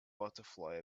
butterfly